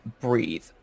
breathe